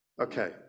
Okay